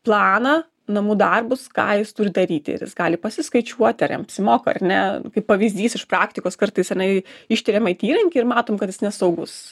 planą namų darbus ką jis turi daryti ir jis gali pasiskaičiuoti ar jam apsimoka ar ne kaip pavyzdys iš praktikos kartais tenai ištiriam it įrankį ir matom kad jis nesaugus